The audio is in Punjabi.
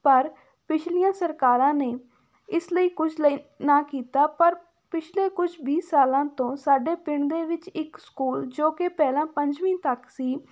ਪਰ ਪਿਛਲੀਆਂ ਸਰਕਾਰਾਂ ਨੇ ਇਸ ਲਈ ਕੁਝ ਲਈ ਨਾ ਕੀਤਾ ਪਰ ਪਿਛਲੇ ਕੁਛ ਵੀਹ ਸਾਲਾਂ ਤੋਂ ਸਾਡੇ ਪਿੰਡ ਦੇ ਵਿੱਚ ਇੱਕ ਸਕੂਲ ਜੋ ਕਿ ਪਹਿਲਾਂ ਪੰਜਵੀਂ ਤੱਕ ਸੀ